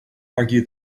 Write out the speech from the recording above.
argue